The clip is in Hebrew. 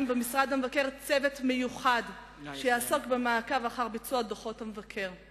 במשרד המבקר צוות מיוחד שיעסוק במעקב אחר ביצוע דוחות המבקר.